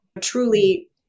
truly